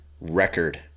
record